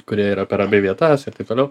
kurie yra per abi vietas ir taip toliau